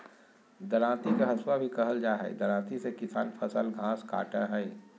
दरांती के हसुआ भी कहल जा हई, दरांती से किसान फसल, घास काटय हई